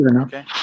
Okay